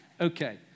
Okay